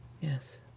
Yes